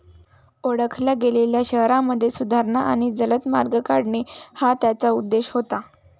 ओळखल्या गेलेल्या शहरांमध्ये सुधारणा आणि जलद मार्ग काढणे हा त्याचा उद्देश होता